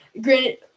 granted